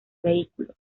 vehículo